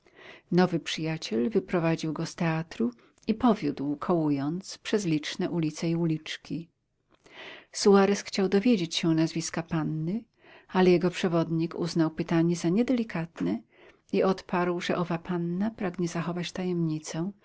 nowy przyjaciel wyprowadził go z teatru i powiódł kołując przez liczne ulice i uliczki suarez chciał dowiedzieć się nazwiska panny ale jego przewodnik uznał pytanie za niedelikatne i odparł że owa panna pragnie zachować tajemnicę